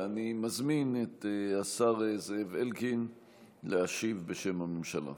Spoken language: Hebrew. ואני מזמין את השר זאב אלקין להשיב בשם הממשלה.